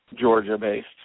georgia-based